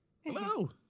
Hello